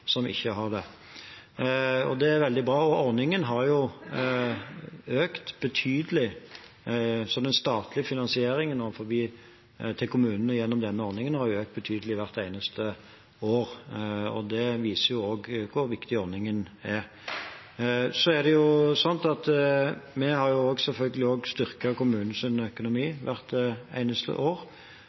ikke har det, og det er veldig bra. Bruken av ordningen har økt betydelig. Den statlige finansieringen til kommunene gjennom denne ordningen har økt betydelig hvert eneste år, og det viser hvor viktig ordningen er. Vi har selvfølgelig også styrket kommunenes økonomi hvert eneste år, og det har bidratt til, som jeg også sa i mitt innlegg, at det har